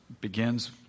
begins